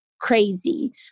crazy